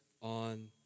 on